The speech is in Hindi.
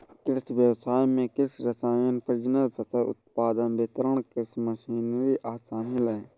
कृषि व्ययसाय में कृषि रसायन, प्रजनन, फसल उत्पादन, वितरण, कृषि मशीनरी आदि शामिल है